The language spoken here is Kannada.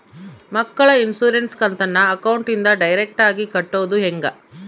ಮಕ್ಕಳ ಇನ್ಸುರೆನ್ಸ್ ಕಂತನ್ನ ಅಕೌಂಟಿಂದ ಡೈರೆಕ್ಟಾಗಿ ಕಟ್ಟೋದು ಹೆಂಗ?